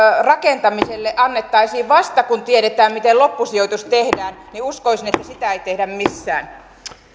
rakentamiselle annettaisiin vasta kun tiedetään miten loppusijoitus tehdään niin uskoisin että sitä ei tehtäisi missään